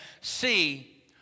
see